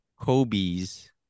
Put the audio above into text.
Kobe's